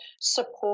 support